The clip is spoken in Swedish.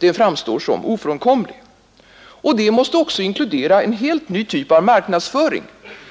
Detta måste också inkludera en helt ny typ av marknadsföring,